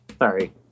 Sorry